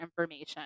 information